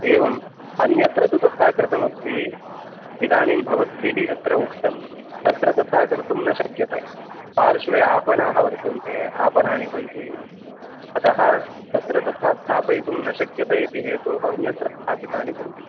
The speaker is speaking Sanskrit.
एवम् अन्यत्र तु तथा कृतमस्ति इदानीं भवद्भिः यत्र उक्तं तत्र तथा कर्तुं न शक्यते पार्श्वे आपणाः वर्तन्ते आपणानि सन्ति अतः तत्र तथा स्थापयितुं न शक्यते इति हेतोः अन्यत्र स्थापितानि सन्ति